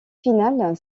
final